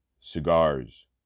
cigars